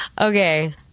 Okay